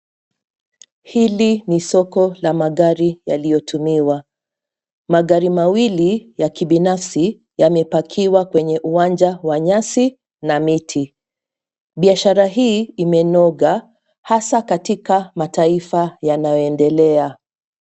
Hili ni soko la magari yaliyotumiwa. Magari mawili ya kibinafsi yamepakiwa kwenye uwanja wa nyasi na miti. Biashara hii imenoga hasa katika mataifa yanayoendelea.